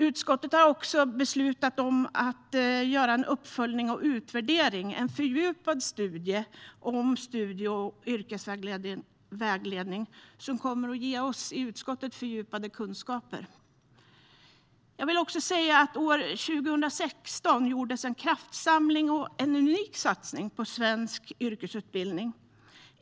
Utskottet har också beslutat att göra en uppföljning och utvärdering, det vill säga en fördjupad studie om studie och yrkesvägledning, som kommer att ge oss i utskottet fördjupade kunskaper. År 2016 gjordes en kraftsamling och en unik satsning på svensk yrkesutbildning.